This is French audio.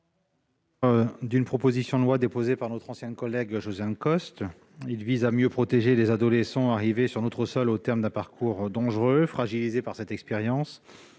d'une proposition de loi déposée par notre ancienne collègue Josiane Costes, vise à mieux protéger les adolescents arrivés sur notre sol au terme d'un parcours dangereux, qui se trouvent fragilisés par cette expérience